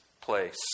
place